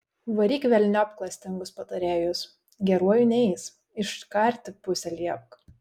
varyk velniop klastingus patarėjus geruoju neis iškarti pusę liepk